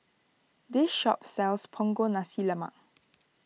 this shop sells Punggol Nasi Lemak